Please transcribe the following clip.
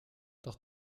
doch